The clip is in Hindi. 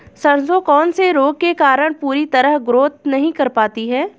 सरसों कौन से रोग के कारण पूरी तरह ग्रोथ नहीं कर पाती है?